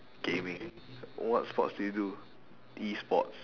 gaming wh~ what sports do you do e-sports